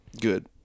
Good